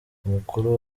umukuru